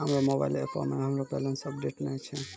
हमरो मोबाइल एपो मे हमरो बैलेंस अपडेट नै छै